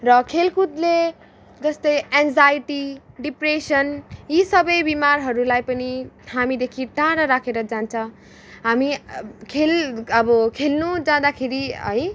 र खेलकुदले जस्तै एङ्जाइटी डिप्रेसन् यी सबै बिमारहरूलाई पनि हामीदेखि टाडा राखेर जान्छ हामी खेल अब खेल्न जाँदाखेरि है